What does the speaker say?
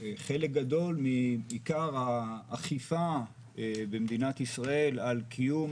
חלק גדול מעיקר האכיפה במדינת ישראל על קיום